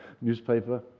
newspaper